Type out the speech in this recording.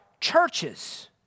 churches